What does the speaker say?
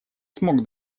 смог